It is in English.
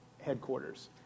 headquarters